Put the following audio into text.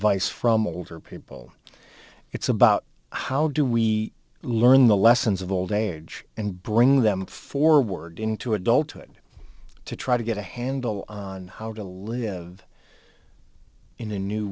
vice from older people it's about how do we learn the lessons of old age and bring them forward into adulthood to try to get a handle on how to live in a new